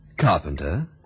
Carpenter